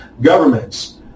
governments